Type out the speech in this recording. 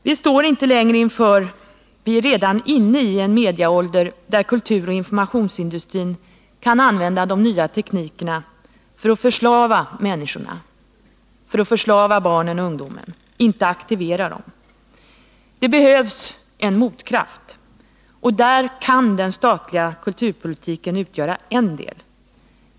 Vi står inte längre inför, vi är redan inne i en mediaålder där kulturoch informationsindustrin kan använda de nya teknikerna för att förslava människorna, inberäknat barnen och ungdomarna, inte aktivera dem. Det behövs en motkraft. Och där kan den statliga kulturpolitiken utgöra en del.